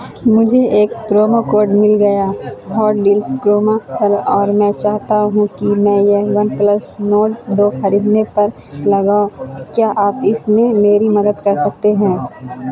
مجھے ایک promo code مل گیا ہاٹ ڈیلس کروما پر اور میں چاہتا ہو کہ میں یہ ون پلس نورڈ دو خریدنے پر لگاؤں کیا آپ اس میں میری مدد کر سکتے ہیں